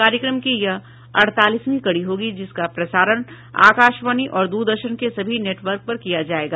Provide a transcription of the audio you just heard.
कार्यक्रम की यह अड़तालीसवीं कड़ी होगी जिसका प्रसारण आकाशवाणी और दूरदर्शन के सभी नेटवर्क पर किया जाएगा